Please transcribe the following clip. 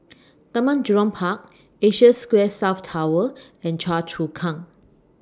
Taman Jurong Park Asia Square South Tower and Choa Chu Kang